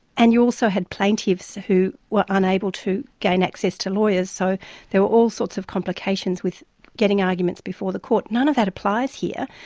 and you also had plaintiffs who were unable to gain access to lawyers, so there were all sorts of complications with getting arguments before the court. none of that applies here,